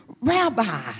Rabbi